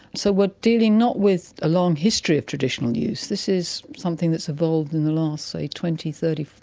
so we're dealing not with a long history of traditional use, this is something that's evolved in the last, say, twenty, thirty,